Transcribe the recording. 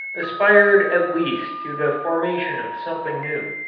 aspired at least to the formation of something new.